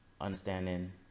understanding